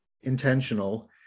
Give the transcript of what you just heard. intentional